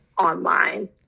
online